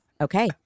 Okay